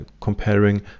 comparing